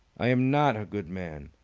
i am not a good man.